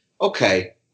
Okay